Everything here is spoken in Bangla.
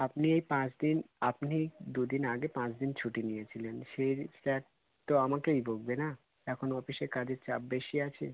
আপনি এই পাঁচ দিন আপনি দুদিন আগে পাঁচ দিন ছুটি নিয়েছিলেন সেই স্যার তো আমাকেই বকবে না এখন অফিসে কাজের চাপ বেশি আছে